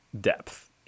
depth